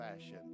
fashion